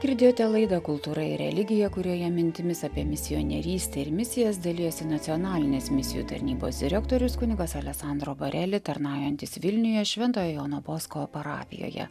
girdėjote laidą kultūra ir religija kurioje mintimis apie misionerystę ir misijas dalijasi nacionalinės misijų tarnybos direktorius kunigas aleksandro bareli tarnaujantis vilniuje šventojo jono bosko parapijoje